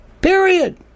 Period